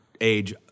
age